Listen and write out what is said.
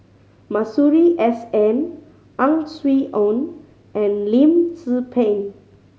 Masuri S N Ang Swee Aun and Lim Tze Peng